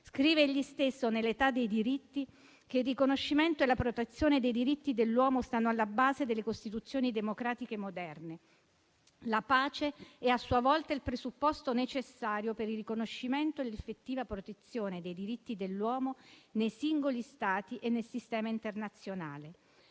Scrive egli stesso ne «L'età dei diritti» che il riconoscimento e la protezione dei diritti dell'uomo stanno alla base delle Costituzioni democratiche moderne. La pace è a sua volta il presupposto necessario per il riconoscimento e l'effettiva protezione dei diritti dell'uomo nei singoli Stati e nel sistema internazionale.